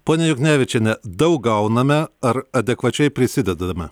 ponia juknevičiene daug gauname ar adekvačiai prisidedame